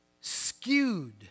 skewed